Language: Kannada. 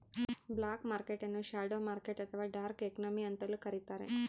ಬ್ಲಾಕ್ ಮರ್ಕೆಟ್ ನ್ನು ಶ್ಯಾಡೋ ಮಾರ್ಕೆಟ್ ಅಥವಾ ಡಾರ್ಕ್ ಎಕಾನಮಿ ಅಂತಲೂ ಕರಿತಾರೆ